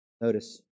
Notice